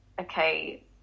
okay